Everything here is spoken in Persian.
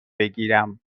بگیرم